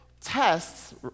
Tests